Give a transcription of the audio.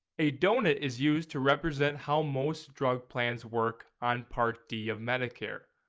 a doughnut is used to represent how most drug plans work on party d of medicare.